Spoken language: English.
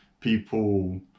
people